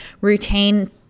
routine